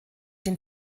den